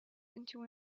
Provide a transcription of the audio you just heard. into